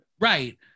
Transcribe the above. Right